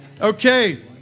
Okay